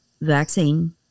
vaccine